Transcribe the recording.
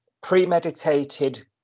premeditated